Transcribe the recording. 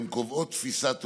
הן קובעות תפיסת עולם,